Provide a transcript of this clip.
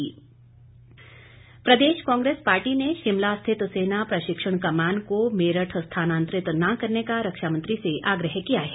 कांग्रेस प्रदेश कांग्रेस पार्टी ने शिमला स्थित सेना प्रशिक्षण कमान को मेरठ स्थानातंरित न करने का रक्षा मंत्री से आग्रह किया है